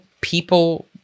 people